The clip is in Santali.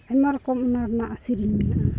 ᱟᱭᱢᱟ ᱨᱚᱠᱚᱢ ᱚᱱᱟ ᱨᱮᱱᱟᱜ ᱥᱮᱨᱮᱧ ᱢᱮᱱᱟᱜᱼᱟ